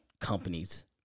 companies